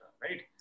right